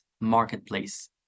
marketplace